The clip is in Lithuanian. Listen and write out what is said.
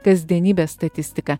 kasdienybės statistika